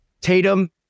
Tatum